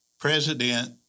President